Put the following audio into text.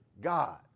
God